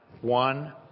One